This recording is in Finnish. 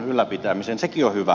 sekin on hyvä